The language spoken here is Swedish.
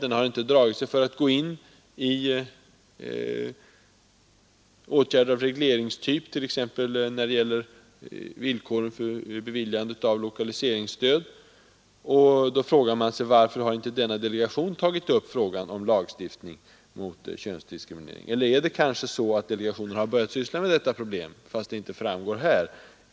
Den har inte dragit sig för att gå in med åtgärder av regleringstyp, t.ex. när det gällt villkoren för beviljande av lokaliseringsstöd. Man frågar sig då varför inte delegationen tagit upp frågan om lagstiftning mot könsdiskriminering. Eller är det kanske så att delegationen börjat syssla med detta problem, fast det inte framgår här?